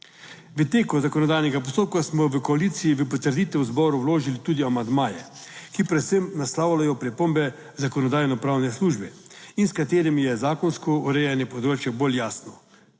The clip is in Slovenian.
V teku zakonodajnega postopka smo v koaliciji v potrditev zboru vložili tudi amandmaje, ki predvsem naslavljajo pripombe Zakonodajno-pravne službe. in s katerimi je zakonsko urejanje področja bolj jasno,